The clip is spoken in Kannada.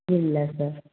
ಇಲ್ಲ ಸರ್